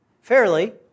fairly